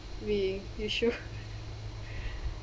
we you should